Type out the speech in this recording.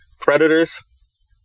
predators